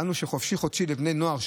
טענו שחופשי-חודשי לבני נוער,